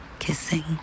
Kissing